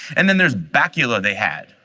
and then there's bacula they had.